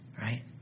right